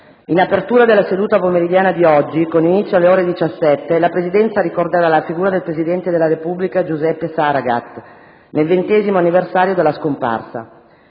In apertura della seduta pomeridiana di oggi, con inizio alle ore 17, la Presidenza ricorderà la figura del presidente della Repubblica Giuseppe Saragat nel ventesimo anniversario della scomparsa.